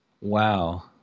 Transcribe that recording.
Wow